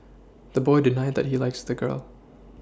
the boy denied that he likes the girl